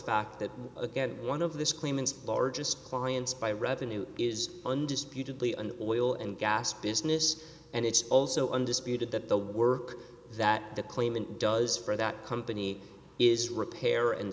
fact that again one of this claimants largest clients by revenue is undisputedly an oil and gas business and it's also undisputed that the work that the claimant does for that company is repair and